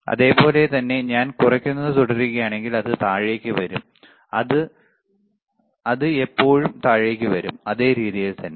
അതേപോലെ തന്നെ ഞാൻ കുറക്കുന്നത് തുടരുകയാണെങ്കിൽ അത് താഴേക്ക് വരും അത് അത് ഇപ്പോഴും താഴേക്ക് വരും അതേ രീതിയിൽ തന്നെ